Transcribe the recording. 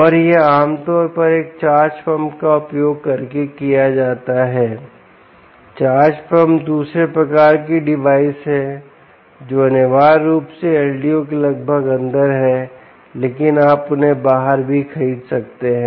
और यह आमतौर पर एक चार्ज पंप का उपयोग करके किया जाता है चार्ज पंप दूसरे प्रकार के डिवाइस हैं जो अनिवार्य रूप से LDO के लगभग अंदर हैं लेकिन आप उन्हें बाहर भी खरीद सकते हैं